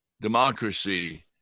democracy